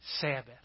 Sabbath